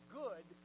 good